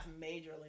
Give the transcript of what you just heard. majorly